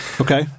Okay